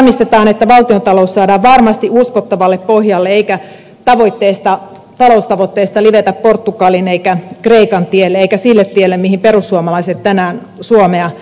näin varmistetaan että valtiontalous saadaan varmasti uskottavalle pohjalle eikä taloustavoitteesta livetä portugalin eikä kreikan tielle eikä sille tielle jolle perussuomalaiset tänään suomea viitoittivat